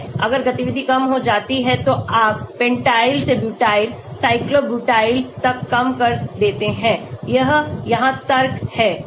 अगर गतिविधि कम हो जाती है तो आप पेंटाइल से ब्यूटाइल साइक्लो ब्यूटाइल तक कम कर देते हैं यह यहाँ तर्क है